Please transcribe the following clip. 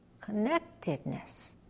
Connectedness